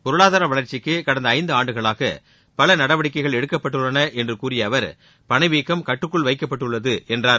பொருளாதார வளர்ச்சிக்கு கடந்த ஐந்தாண்டுகளாக பல நடவடிக்கைகள் எடுக்கப்பட்டுள்ளன என்று கூறிய அவர் பணவீக்கம் கட்டுக்குள் வைக்கப்பட்டுள்ளது என்றார்